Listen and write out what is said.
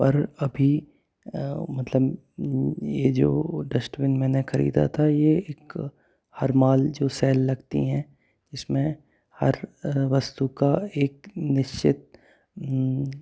पर अभी मतलब ये जो डस्ट्बिन मैंने खरीता था ये एक हर माल जो सेल लगती है इसमें हर वस्तु का एक निश्चित